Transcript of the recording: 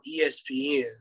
ESPN